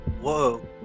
Whoa